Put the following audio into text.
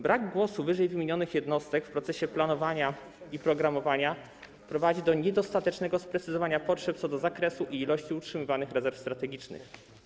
Brak głosu ww. jednostek w procesie planowania i programowania prowadzi do niedostatecznego sprecyzowania potrzeb co do zakresu i ilości utrzymywanych rezerw strategicznych.